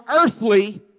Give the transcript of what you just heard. earthly